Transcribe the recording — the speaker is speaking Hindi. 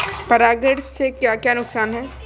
परागण से क्या क्या नुकसान हैं?